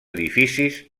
edificis